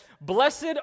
blessed